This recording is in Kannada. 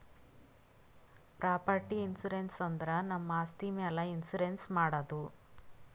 ಪ್ರಾಪರ್ಟಿ ಇನ್ಸೂರೆನ್ಸ್ ಅಂದುರ್ ನಮ್ ಆಸ್ತಿ ಮ್ಯಾಲ್ ಇನ್ಸೂರೆನ್ಸ್ ಮಾಡದು